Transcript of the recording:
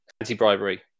anti-bribery